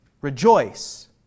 rejoice